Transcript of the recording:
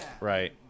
right